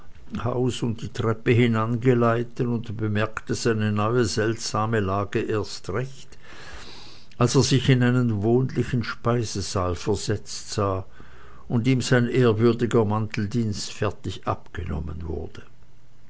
haus und die treppe hinan geleiten und bemerkte seine neue seltsame lage erst recht als er sich in einen wohnlichen speisesaal versetzt sah und ihm sein ehrwürdiger mantel dienstfertig abgenommen wurde